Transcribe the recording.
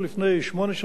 חמש שנים ושנתיים.